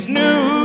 new